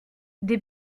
des